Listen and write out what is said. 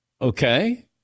Okay